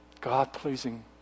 God-pleasing